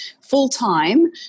full-time